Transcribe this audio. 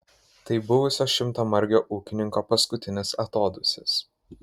tai buvusio šimtamargio ūkininko paskutinis atodūsis